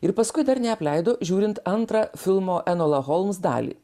ir paskui dar neapleido žiūrint antrą filmo enola holms dalį